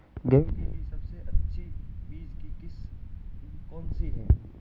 गेहूँ के लिए सबसे अच्छी बीज की किस्म कौनसी है?